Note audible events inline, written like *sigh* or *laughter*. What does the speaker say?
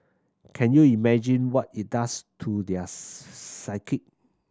can you imagine what it does to their *noise* psyche